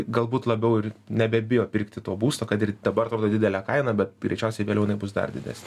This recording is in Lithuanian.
galbūt labiau ir nebebijo pirkti to būsto kad ir dabar atrodo didelė kaina bet greičiausiai vėliau jinai bus dar didesnė